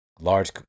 large